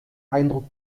eindruck